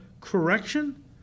correction